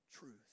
truth